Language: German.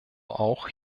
auch